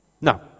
No